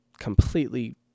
completely